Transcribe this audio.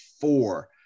four